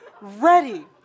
ready